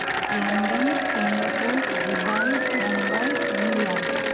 London Singapore Dubai Mumbai New York